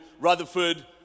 Rutherford